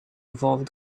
evolved